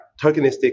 tokenistic